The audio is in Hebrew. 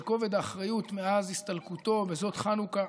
כובד האחריות מאז הסתלקותו בזאת חנוכה,